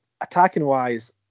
attacking-wise